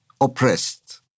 oppressed